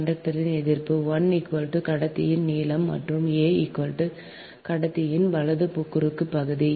கண்டக்டரின் எதிர்ப்பு l கடத்தியின் நீளம் மற்றும் A கடத்தியின் வலது குறுக்கு பகுதி